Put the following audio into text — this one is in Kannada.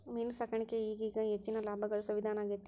ಮೇನು ಸಾಕಾಣಿಕೆ ಈಗೇಗ ಹೆಚ್ಚಿನ ಲಾಭಾ ಗಳಸು ವಿಧಾನಾ ಆಗೆತಿ